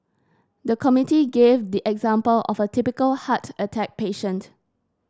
the committee gave the example of a typical heart attack patient